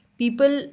people